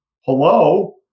Hello